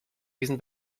diesen